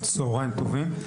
צהרים טובים.